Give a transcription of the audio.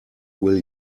will